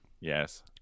Yes